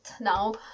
now